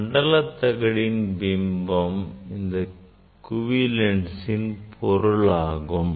மண்டல தகட்டின் பிம்பம் இக்குவி லென்சின் பொருளாகும்